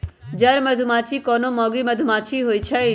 जन मधूमाछि कोनो मौगि मधुमाछि होइ छइ